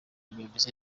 bameze